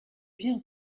bien